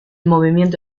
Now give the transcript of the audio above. movimiento